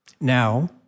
Now